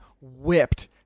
whipped